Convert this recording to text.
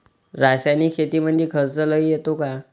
रासायनिक शेतीमंदी खर्च लई येतो का?